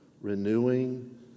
renewing